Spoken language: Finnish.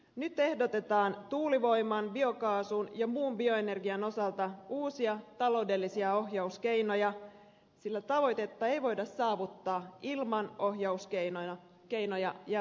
nyt ehdotetaan tuulivoiman biokaasun ja muun bioenergian osalta uusia taloudellisia ohjauskeinoja sillä tavoitetta ei voida saavuttaa ilman ohjauskeinoja ja velvoitteita